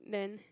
then